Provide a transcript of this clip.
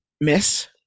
miss